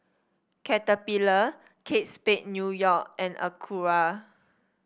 Caterpillar Kate Spade New York and Acura